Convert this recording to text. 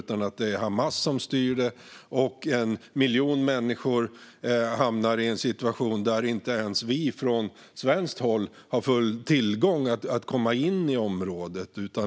Där är det i stället Hamas som styr, och 1 miljon människor befinner sig i en situation där inte ens vi från svenskt håll har fullt tillträde till området.